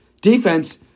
defense